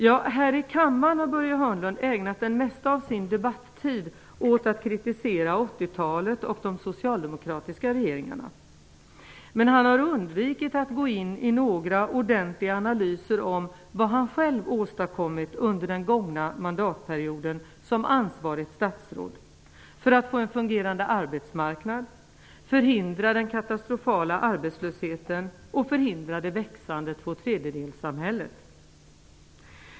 Ja, här i kammaren har Börje Hörnlund ägnat det mesta av sin debattid åt att kritisera 80-talet och de socialdemokratiska regeringarna. Men han har undvikit att gå in på några ordentliga analyser om vad han själv åstadkommit under den gångna mandatperioden som ansvarigt statsråd, för att få en fungerande arbetsmarknad, förhindra den katastrofala arbetslösheten och förhindra det växande tvåtredjedelssamhället.